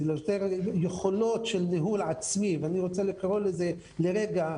יותר יכולות של ניהול עצמי ואני רוצה לקרוא לזה לרגע,